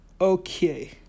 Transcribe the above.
Okay